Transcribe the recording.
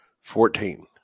Fourteen